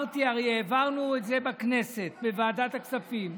הרי העברנו את זה בכנסת בוועדת הכספים,